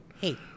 Hey